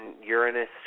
Uranus